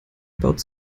baut